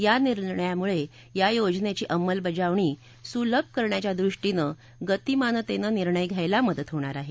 या निर्णयामुळे या योजनेची अंमलबजावणी सुलभ करण्याच्या दृष्टीनं गतिमानतेनं निर्णय घ्यायला मदत होणार आहे